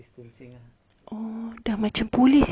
oh dah macam police ya mereka